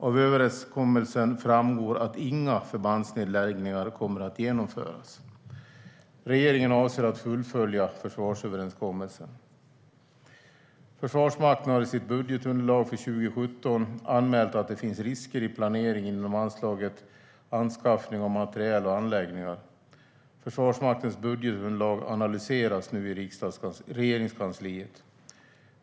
Av överenskommelsen framgår att inga förbandsnedläggningar kommer att genomföras. Regeringen avser att fullfölja försvarsöverenskommelsen. Försvarsmakten har i sitt budgetunderlag för 2017 anmält att det finns risker i planeringen inom anslaget 1:3 Anskaffning av materiel och anläggningar. Försvarsmaktens budgetunderlag analyseras nu i Regeringskansliet.